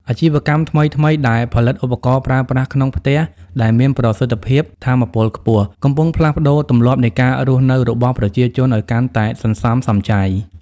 អាជីវកម្មថ្មីៗដែលផលិតឧបករណ៍ប្រើប្រាស់ក្នុងផ្ទះដែលមានប្រសិទ្ធភាពថាមពលខ្ពស់ កំពុងផ្លាស់ប្តូរទម្លាប់នៃការរស់នៅរបស់ប្រជាជនឱ្យកាន់តែសន្សំសំចៃ។